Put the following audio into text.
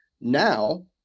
Now